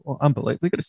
Unbelievably